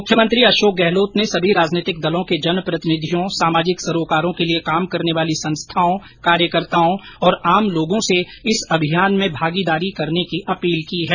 मुख्यमंत्री अशोक गहलोत ने सभी राजनैतिक दलों के जनप्रतिनिधियों सामाजिक सरोकारों के लिए काम करने वाली संस्थाओं कार्यकर्ताओं तथा आम लोगों से इस अभियान में भागीदारी करने की अपील की है